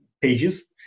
pages